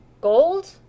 gold